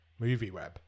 MovieWeb